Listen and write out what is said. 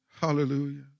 Hallelujah